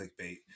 clickbait